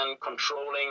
controlling